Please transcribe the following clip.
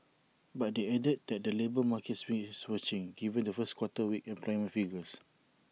but they added that the labour markets bears watching given the first quarter's weak employment figures